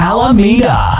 Alameda